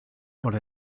but